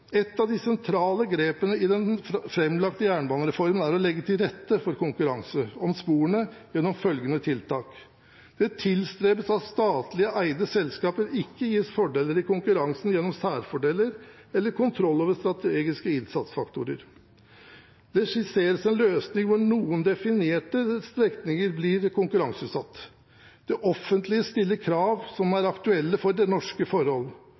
Et av de sentrale grepene i den framlagte jernbanereformen er å legge til rette for konkurranse om sporene gjennom følgende tiltak: Det tilstrebes at statlig eide selskaper ikke gis fordeler i konkurransen gjennom særfordeler eller kontroll over strategiske innsatsfaktorer. Det skisseres en løsning hvor noen definerte strekninger blir konkurranseutsatt. Det offentlige stiller krav som er aktuelle for norske forhold.